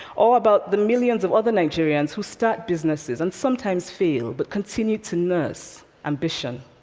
or about the millions of other nigerians who start businesses and sometimes fail, but continue to nurse ambition?